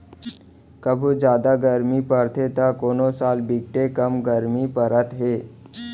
कभू जादा गरमी परथे त कोनो साल बिकटे कम गरमी परत हे